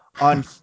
on